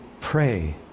pray